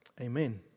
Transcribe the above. Amen